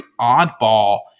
oddball